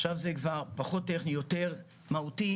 עכשיו זה כבר פחות טכני ויותר מהותי,